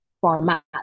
format